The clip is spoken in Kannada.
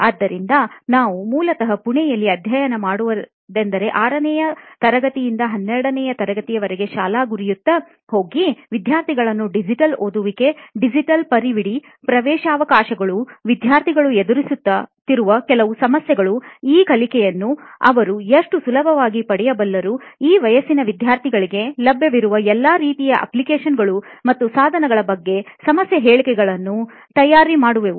ಆದ್ದರಿಂದ ನಾವು ಮೂಲತಃ ಪುಣೆಯಲ್ಲಿ ಅಧ್ಯಯನ ಮಾಡುವುದೆಂದರೆ 6 ನೇ ತರಗತಿಯಿಂದ 12 ನೇ ತರಗತಿಯವರಿಗಿನ ಶಾಲಾ ಗುರಿಯತ್ತ ಹೋಗಿ ವಿದ್ಯಾರ್ಥಿಗಳನ್ನು ಡಿಜಿಟಲ್ಓದುವಿಕೆ ಮತ್ತು ಡಿಜಿಟಲ್ ಪರಿವಿಡಿ ಪ್ರವೇಶಾವಕಾಶಗಳು ವಿದ್ಯಾರ್ಥಿಗಳು ಎದುರಿಸುತ್ತಿರುವ ಕೆಲವು ಸಮಸ್ಯೆಗಳು ಇ ಕಲಿಕೆಯನ್ನು ಅವರು ಎಷ್ಟು ಸುಲಭವಾಗಿ ಪಡೆಯಬಲ್ಲರು ಈ ವಯಸ್ಸಿನ ವಿದ್ಯಾರ್ಥಿಗಳಿಗೆ ಲಭ್ಯವಿರುವ ಎಲ್ಲಾ ಇತರ ಅಪ್ಲಿಕೇಶನ್ಗಳು ಮತ್ತು ಸಾಧನಗಳ ಬಗ್ಗೆ ಸಮಸ್ಯೆ ಹೇಳಿಕೆಗಳನ್ನು ತಯಾರು ಮಾಡುವೇವು